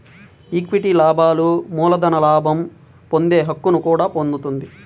equity లాభాలు మూలధన లాభం పొందే హక్కును కూడా పొందుతుంది